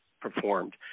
performed